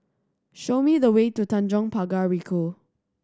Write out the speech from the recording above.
show me the way to Tanjong Pagar Ricoh